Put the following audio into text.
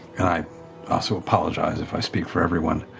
and i also apologize if i speak for everyone,